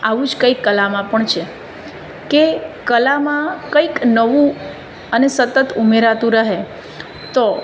આવું જ કંઈક કલામાં પણ છે કે કલામાં કંઈક નવું અને સતત ઉમેરાતું રહે તો